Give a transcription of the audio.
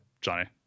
Johnny